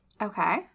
Okay